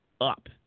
up